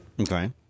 okay